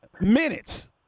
minutes